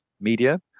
media